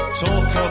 talk